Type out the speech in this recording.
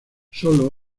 sólo